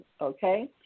Okay